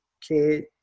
kid